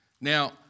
Now